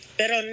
pero